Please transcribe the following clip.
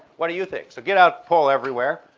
what do you think? so get out, poll everywhere.